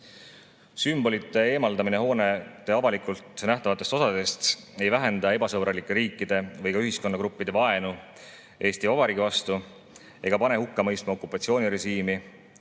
Sümbolite eemaldamine hoonete avalikult nähtavatelt osadelt ei vähenda ebasõbralike riikide või ühiskonnagruppide vaenu Eesti Vabariigi vastu ega pane hukka mõistma okupatsioonirežiimi,